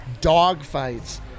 dogfights